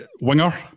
winger